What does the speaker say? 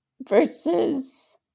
versus